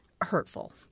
hurtful